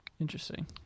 Interesting